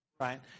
Right